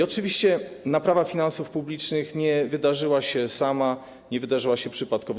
Oczywiście naprawa finansów publicznych nie wydarzyła się sama, nie wydarzyła się przypadkowo.